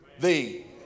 thee